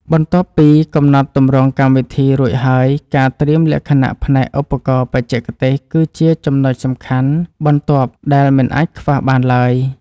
បន្ទាប់ពីកំណត់ទម្រង់កម្មវិធីរួចហើយការត្រៀមលក្ខណៈផ្នែកឧបករណ៍បច្ចេកទេសគឺជាចំណុចសំខាន់បន្ទាប់ដែលមិនអាចខ្វះបានឡើយ។